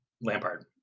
Lampard